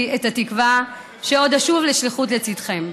את התקווה שעוד אשוב לשליחות לצידכם.